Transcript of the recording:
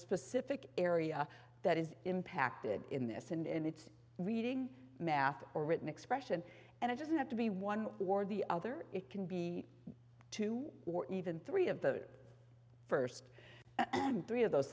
specific area that is impacted in this and it's reading math or written expression and it doesn't have to be one or the other it can be two or even three of the first three of those